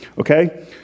Okay